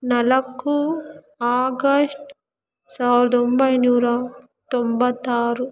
ನಾಲ್ಕು ಆಗಸ್ಟ್ ಸಾವಿರದ ಒಂಬೈನೂರ ತೊಂಬತ್ತಾರು